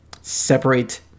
separate